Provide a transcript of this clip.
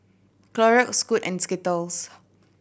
Clorox Scoot and Skittles